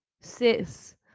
sis